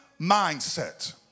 mindset